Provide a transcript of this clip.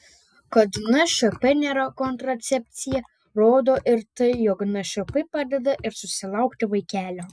kad nšp nėra kontracepcija rodo ir tai jog nšp padeda ir susilaukti vaikelio